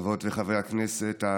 חברות וחברי הכנסת,